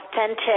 authentic